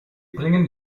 bringen